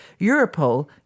Europol